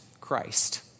Christ